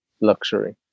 luxury